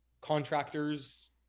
contractors